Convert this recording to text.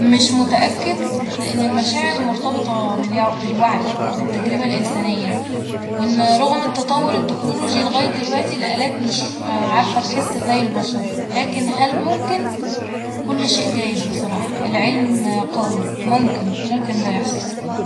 مش متأكد لإن المشاعر مرتبطة بالع- بالوعي وبالتجربة الانسانية وإن رغم التطور التكنولوجي لغاية دلوقتي الآلات مش عارفه تحس زي البشر ، لكن هل ممكن ؟ كل شئ جايز بصراحة ، العلم قوي ، ممكن ، ممكن ده يحصل